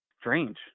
Strange